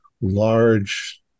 Large